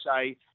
say